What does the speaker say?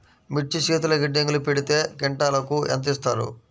మిర్చి శీతల గిడ్డంగిలో పెడితే క్వింటాలుకు ఎంత ఇస్తారు?